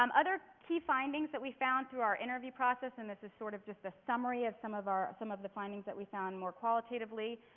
um other key findings that we found through our interview process, and this is sort of just a summary of some of our some of the findings that we found more qualitatively,